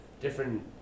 different